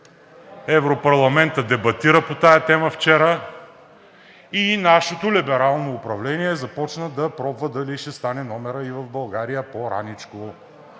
Европарламентът дебатира по тази тема вчера и нашето либерално управление започна да пробва дали ще стане номерът и в България по-раничко.